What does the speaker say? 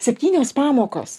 septynios pamokos